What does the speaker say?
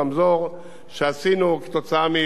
שעשינו גם כתוצאה מנושא,